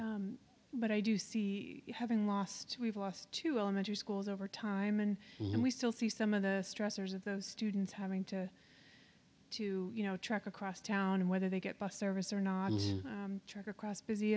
china but i do see having lost we've lost two elementary schools over time and we still see some of the stressors of those students having to to you know trek across town and whether they get bus service or not trek across busy